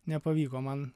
nepavyko man